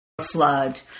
Flood